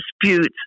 disputes